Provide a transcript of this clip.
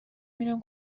میرم